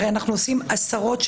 הראשון,